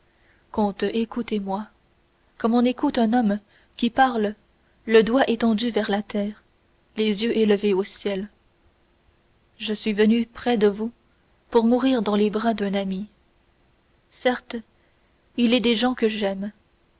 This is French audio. écoutez-moi comme on écoute un homme qui parle le doigt étendu vers la terre les yeux levés au ciel je suis venu près de vous pour mourir dans les bras d'un ami certes il est des gens que j'aime